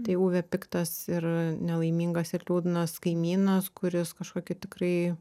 tai uvė piktas ir nelaimingas ir liūdnas kaimynas kuris kažkokiu tikrai